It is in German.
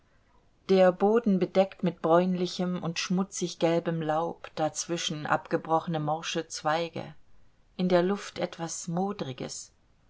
der boden bedeckt mit bräunlichem und schmutziggelbem laub dazwischen abgebrochene morsche zweige in der luft etwas modriges